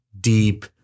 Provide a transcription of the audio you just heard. deep